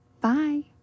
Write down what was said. Bye